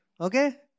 Okay